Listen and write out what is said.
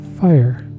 Fire